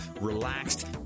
relaxed